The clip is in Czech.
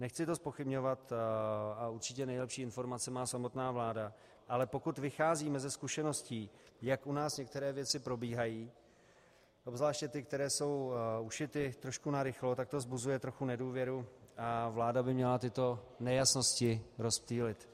Nechci to zpochybňovat a určitě nejlepší informace má samotná vláda, ale pokud vycházíme ze zkušeností, jak u nás některé věci probíhají, obzvláště ty, které jsou ušity trošku narychlo, tak to vzbuzuje trochu nedůvěru a vláda by měla tyto nejasnosti rozptýlit.